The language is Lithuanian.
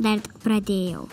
dar tik pradėjau